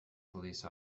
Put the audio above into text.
police